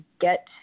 get